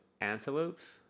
antelopes